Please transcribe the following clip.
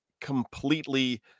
completely